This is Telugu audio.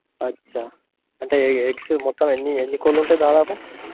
అచ్చ అంటే ఎగ్స్ మొత్తం ఎన్ని ఎన్ని కోళ్ళు ఉంటాయి దాదాపు